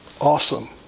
Awesome